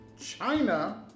China